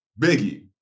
Biggie